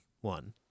one